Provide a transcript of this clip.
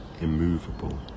immovable